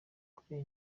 kubera